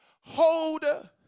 hold